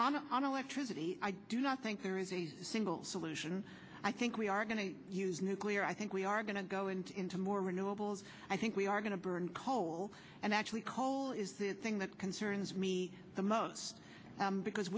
electricity i do not think there is a single solution i think we are going to use nuclear i think we are going to go into into more renewables i think we are going to burn coal and actually coal is the thing that concerns me the most because